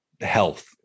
health